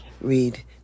read